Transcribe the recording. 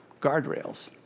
guardrails